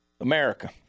America